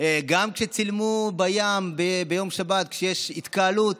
גם כשצילמו בים ביום שבת כשיש התקהלות,